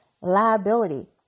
liability